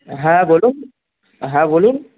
হ্যাঁ বলুন হ্যাঁ বলুন